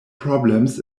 problems